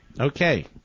Okay